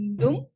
dum